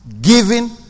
Giving